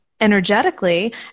energetically